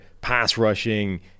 pass-rushing